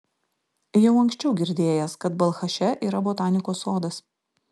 jau anksčiau girdėjęs kad balchaše yra botanikos sodas